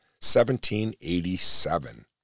1787